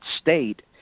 state